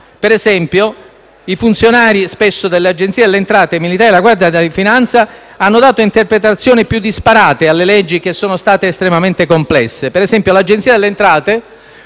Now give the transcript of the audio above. Per esempio, i funzionari dell'Agenzia delle entrate e i militari della Guardia di finanza hanno spesso dato le interpretazioni più disparate alle leggi, che sono state estremamente complesse. Ad esempio, l'Agenzia delle entrate,